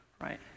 right